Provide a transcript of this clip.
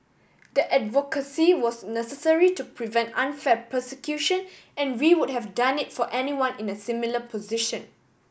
the advocacy was necessary to prevent unfair persecution and we would have done it for anyone in a similar position